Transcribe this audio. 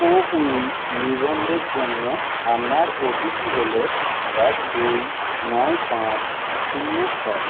CoWIN নিবন্ধনের জন্য আপনার ওটিপি হলো এক দুই নয় পাঁচ শূন্য ছয়